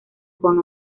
juan